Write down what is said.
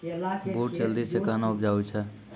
बूट जल्दी से कहना उपजाऊ छ?